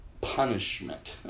punishment